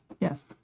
yes